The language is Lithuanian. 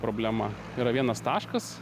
problema yra vienas taškas